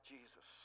Jesus